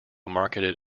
marketed